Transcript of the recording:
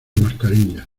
mascarillas